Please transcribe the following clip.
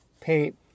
paint